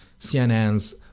CNNs